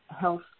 health